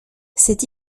cette